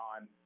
on